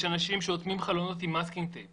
יש אנשים שאוטמים חלונות עם מסקינג-טייפ